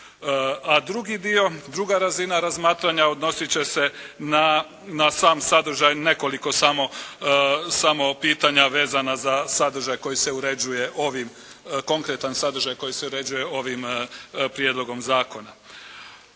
A drugi dio, druga razina razmatranja odnosit će se na sam sadržaj nekoliko samo pitanja vezana za sadržaj koji se uređuje ovim, konkretan sadržaj koji se uređuje ovim Prijedlogom zakona.